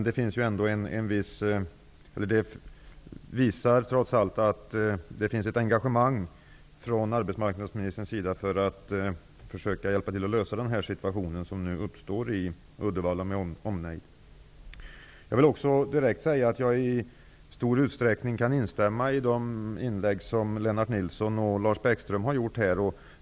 Det visar trots allt att det finns ett engagemang från arbetsmarknadsministerns sida för att försöka hjälpa till att lösa den här situationen som uppstår i Uddevalla med omnejd. Jag vill också direkt säga att jag i stor utsträckning kan instämma i det inlägg som Lennart Nilsson och Lars Bäckström har gjort här.